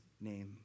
name